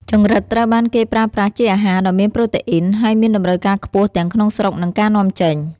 ចង្រិតត្រូវបានគេប្រើប្រាស់ជាអាហារដ៏មានប្រូតេអ៊ីន ហើយមានតម្រូវការខ្ពស់ទាំងក្នុងស្រុក និងការនាំចេញ។